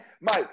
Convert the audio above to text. Mike